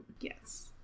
yes